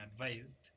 advised